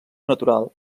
natural